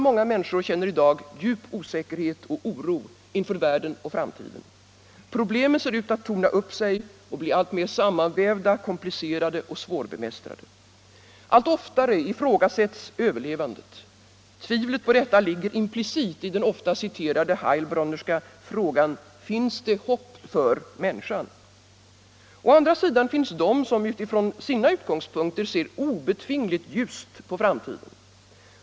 Många människor känner i dag djup osäkerhet och djup oro inför världen och framtiden. Problemen ser ut att torna upp sig och bli alltmer sammanvävda, komplicerade och svårbemästrade. Allt oftare ifrågasätts överlevandet; tvivlet på detta ligger implicit i den ofta citerade Heilbronerska frågan: Finns det hopp för människan? Å andra sidan finns de som utifrån sina utgångspunkter ser obetvingligt ljust på framtiden.